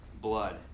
blood